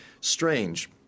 strange